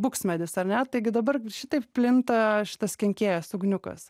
buksmedis ar ne taigi dabar šitaip plinta šitas kenkėjas ugniukas